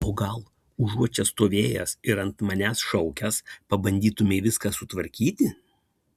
o gal užuot čia stovėjęs ir ant manęs šaukęs pabandytumei viską sutvarkyti